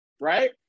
right